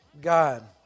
God